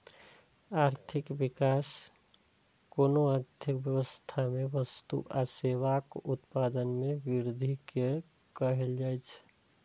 आर्थिक विकास कोनो अर्थव्यवस्था मे वस्तु आ सेवाक उत्पादन मे वृद्धि कें कहल जाइ छै